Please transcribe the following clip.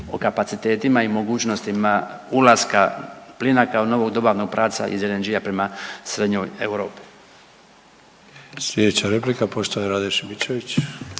o kapacitetima i mogućnostima ulaska plina kao novog dobavnog pravca iz LNG-a prema Srednjoj Europi.